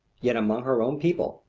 yet among her own people,